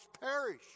perish